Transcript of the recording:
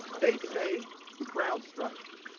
they say crowd strike.